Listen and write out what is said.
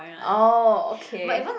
oh okay